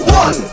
one